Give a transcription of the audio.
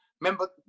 Remember